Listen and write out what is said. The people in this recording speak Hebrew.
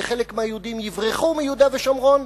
וחלק מהיהודים יברחו מיהודה ושומרון,